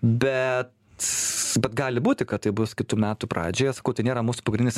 bet bet gali būti kad tai bus kitų metų pradžioje sakau tai nėra mūsų pagrindinis